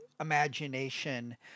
imagination